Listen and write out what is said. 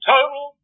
Total